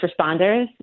responders